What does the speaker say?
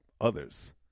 others